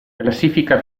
classifica